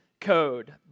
Code